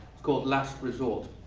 it's called last resort.